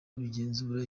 bigenzura